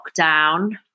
lockdown